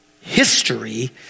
history